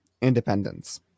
independence